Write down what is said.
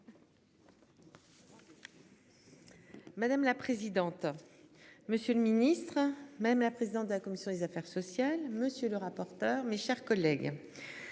Madame la présidente. Monsieur le Ministre même la présidente de la commission des affaires sociales. Monsieur le rapporteur. Mes chers collègues.